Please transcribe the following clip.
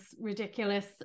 ridiculous